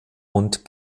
und